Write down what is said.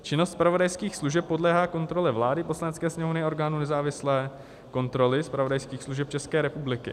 Činnost zpravodajských služeb podléhá kontrole vlády, Poslanecké sněmovny a orgánu nezávislé kontroly zpravodajských služeb České republiky.